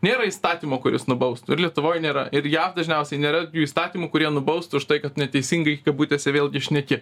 nėra įstatymo kuris nubaustų ir lietuvoj nėra ir jav dažniausiai nėra jų įstatymų kurie nubaustų už tai kad neteisingai kabutėse vėlgi šneki